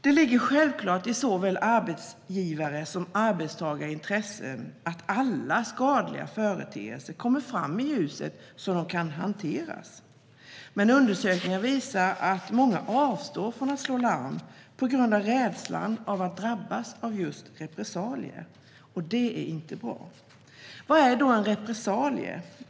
Det ligger självklart i såväl arbetsgivarens som arbetstagarens intresse att alla skadliga företeelser kommer fram i ljuset, så att de kan hanteras. Men undersökningar visar att många avstår från att slå larm på grund av rädslan att drabbas av just repressalier. Det är inte bra. Vad är då en repressalie?